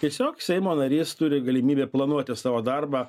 tiesiog seimo narys turi galimybę planuoti savo darbą